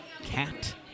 cat